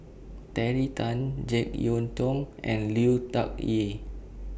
Terry Tan Jek Yeun Thong and Lui Tuck Yew